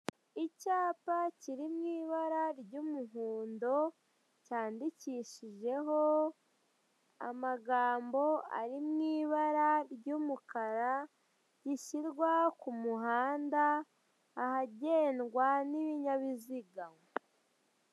Icyapa kiri mu ibara ry'umuhondo, cyandikishijeho amagambo ari mu ibara ry'umukara, gishyirwa ku muhanda, ahagendwa n'ibinyabiziga.